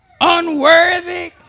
unworthy